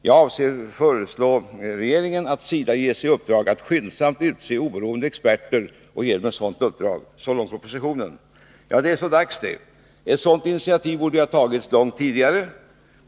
Jag avser föreslå regeringen att SIDA ges i uppdrag att skyndsamt utse oberoende experter och ge dem sådant uppdrag.” Det är så dags. Ett sådant initiativ borde ha tagits långt tidigare.